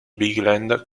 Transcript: bigland